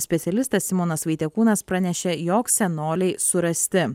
specialistas simonas vaitekūnas pranešė jog senoliai surasti